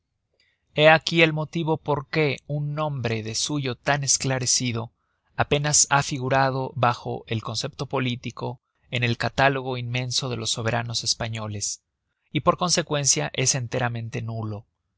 hé aqui el motivo por qué un nombre de suyo tan esclarecido apenas ha figurado bajo el concepto político en el catálogo inmenso de los soberanos españoles y por consecuencia es enteramente nulo